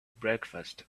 breakfast